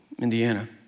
Indiana